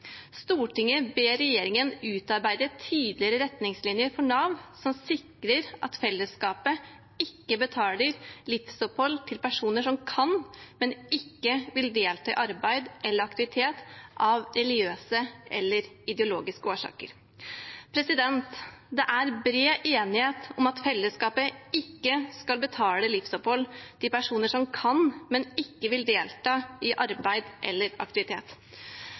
ber regjeringen utarbeide tydeligere retningslinjer for Nav som sikrer at fellesskapet ikke betaler livsopphold til personer som kan, men ikke vil delta i arbeid eller aktivitet av religiøse eller ideologiske årsaker.» Det er bred enighet om at fellesskapet ikke skal betale livsopphold til personer som kan, men ikke vil delta i arbeid eller aktivitet.